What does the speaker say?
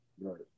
right